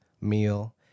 meal